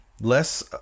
less